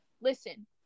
listen